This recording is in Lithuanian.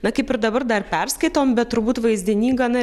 na kaip ir dabar dar perskaitom bet turbūt vaizdiny gana